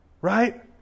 Right